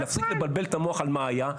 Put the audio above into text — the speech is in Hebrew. להפסיק לבלבל את המוח על מה היה,